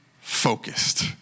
focused